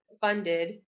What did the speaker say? funded